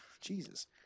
jesus